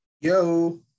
Yo